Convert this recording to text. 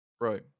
Right